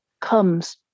comes